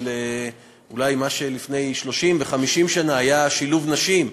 אולי למה שלפני 30 ו-50 שנה היה שילוב נשים,